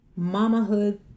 mamahood